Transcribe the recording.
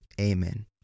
Amen